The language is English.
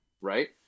right